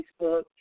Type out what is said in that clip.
Facebook